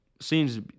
seems